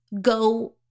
go